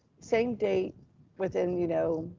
same date within, you know,